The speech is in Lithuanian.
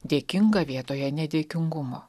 dėkingą vietoje nedėkingumo